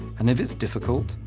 and if it's difficult,